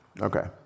okay